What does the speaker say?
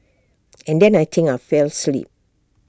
and then I think I fell asleep